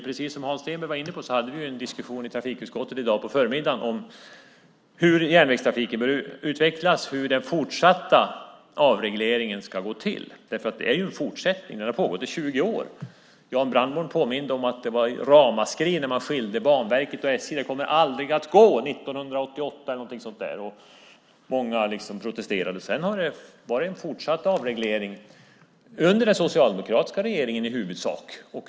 Precis som Hans Stenberg var inne på hade vi en diskussion i trafikutskottet i dag på förmiddagen om hur järnvägstrafiken bör utvecklas och hur den fortsatta avregleringen ska gå till. Det är en fortsättning, den har pågått i 20 år. Jan Brandborn påminde om att det var ramaskri när man skilde Banverket från SJ. Det kommer aldrig att gå, sade man 1988, eller någonting så där. Många protesterade, men sedan har det varit fortsatt avreglering under den socialdemokratiska regeringen i huvudsak.